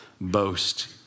boast